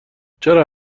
چرا